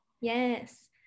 Yes